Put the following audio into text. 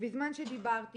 ובזמן שדיברתי